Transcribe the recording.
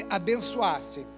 abençoasse